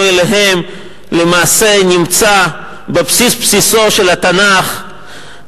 אליהם למעשה נמצא בבסיס בסיסו של התנ"ך,